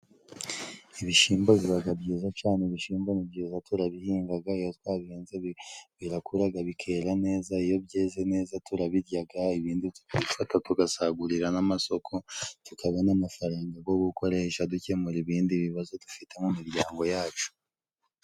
Ibishimbo bibaga byiza cane , ibishimbo ni byiza turabihingaga, iyo twabihinze birakuraga bikera neza, iyo byeze neza turabiryaga, ibindi tukabifata tugasagurira n'amasoko, tukabona amafaranga go gukoresha dukemura ibindi bibazo dufitemo mu miryango yacu.